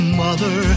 mother